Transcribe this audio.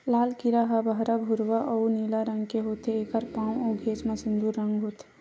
लाल कीरा ह बहरा भूरवा अउ नीला रंग के होथे, एखर पांव अउ घेंच म सिंदूर रंग होथे